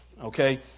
Okay